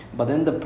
okay